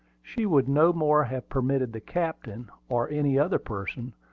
she would no more have permitted the captain, or any other person,